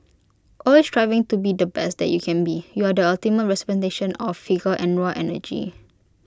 always striving to be the best you can be you are the ultimate representation of vigour and raw energy